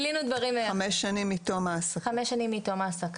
5 שנים מתום העסקה.